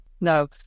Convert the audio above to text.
No